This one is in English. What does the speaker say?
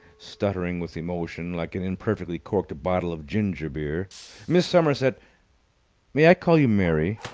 stuttering with emotion like an imperfectly-corked bottle of ginger-beer. miss somerset may i call you mary?